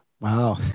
Wow